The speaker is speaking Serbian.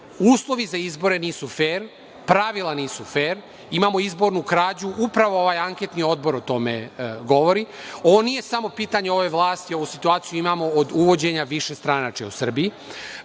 Uslovi za izbore nisu fer, pravila nisu fer. Imamo izbornu krađu. Upravo ovaj anketni odbor o tome govori. Ovo nije samo pitanje ove vlasti, ovu situaciju imamo od uvođenja višestranačja u Srbiji.